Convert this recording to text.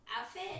outfit